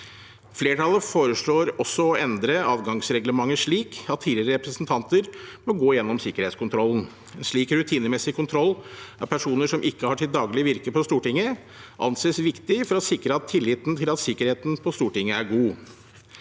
Flertallet foreslår også å endre adgangsreglementet, slik at tidligere representanter må gå gjennom sikkerhetskontrollen. Slik rutinemessig kontroll av personer som ikke har sitt daglige virke på Stortinget, anses viktig for å sikre tilliten til at sikkerheten på Stortinget er god.